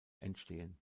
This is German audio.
entstehen